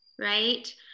right